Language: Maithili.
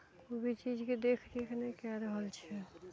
कोई भी चीजके देखरेख नहि कए रहल छै